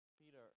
Peter